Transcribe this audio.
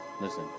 listen